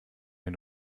den